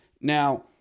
Now